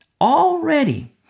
Already